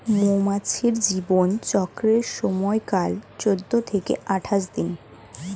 মৌমাছির জীবন চক্রের সময়কাল চৌদ্দ থেকে আঠাশ দিন